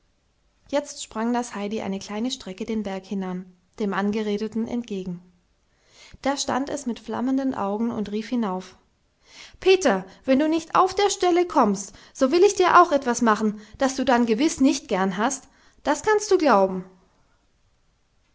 jetzt sprang das heidi eine kleine strecke den berg hinan dem angeredeten entgegen da stand es mit flammenden augen und rief hinauf peter wenn du nicht auf der stelle kommst so will ich dir auch etwas machen das du dann gewiß nicht gern hast das kannst du glauben